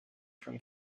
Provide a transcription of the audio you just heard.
from